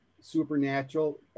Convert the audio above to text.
supernatural